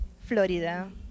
Florida